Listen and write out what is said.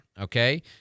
Okay